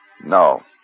No